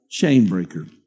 Chainbreaker